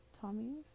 Tommy's